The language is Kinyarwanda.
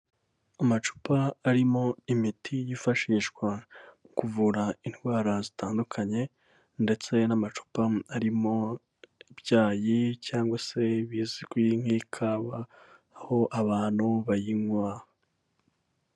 Amacupa arimo imiti yifashishwa kuvura indwara zitandukanye ndetse n'amacupa arimo ibyayi cyangwa se ibizwi nk'ikawa, aho abantu bayinywa.